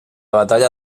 batalla